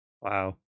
Wow